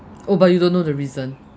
oh but you don't know the reason